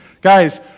Guys